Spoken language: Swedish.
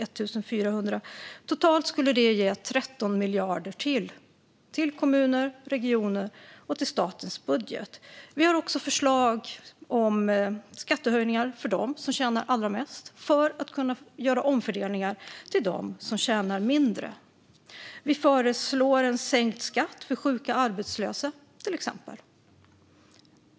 Totalt skulle det ge ytterligare 13 miljarder till kommuner, regioner och statsbudget. Vänsterpartiet föreslår skattehöjningar för dem som tjänar allra mest för att kunna göra omfördelningar till dem som tjänar mindre. Vi föreslår till exempel sänkt skatt för sjuka arbetslösa.